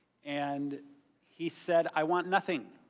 and he said i want nothing,